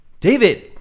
David